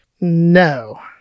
No